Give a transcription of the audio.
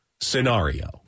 scenario